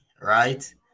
right